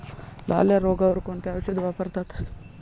लाल्या रोगावर कोणते औषध वापरतात?